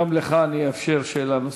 גם לך אני אאפשר שאלה נוספת.